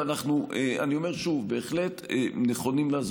ואני אומר שוב: אנחנו בהחלט נכונים לעזור.